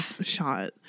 shot